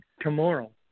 tomorrow